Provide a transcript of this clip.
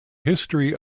history